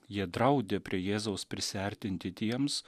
jie draudė prie jėzaus prisiartinti tiems